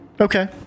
Okay